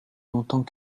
longtemps